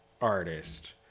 artist